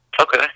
okay